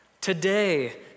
today